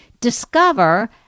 Discover